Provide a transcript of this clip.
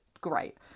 great